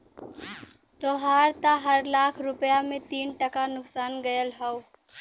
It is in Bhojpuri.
तोहार त हर लाख रुपया पे तीन टका नुकसान गयल हौ